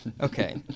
Okay